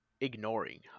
ignoring